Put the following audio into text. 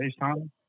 FaceTime